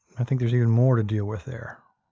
i think there's even more to deal with there.